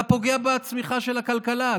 אתה פוגע בצמיחה של הכלכלה.